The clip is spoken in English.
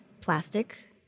plastic